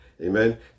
Amen